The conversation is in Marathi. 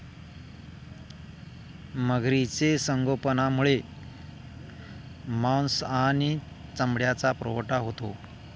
मगरीचे संगोपनामुळे मांस आणि चामड्याचा पुरवठा होतो